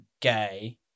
gay